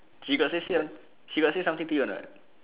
she got say sit on she got say something to you a not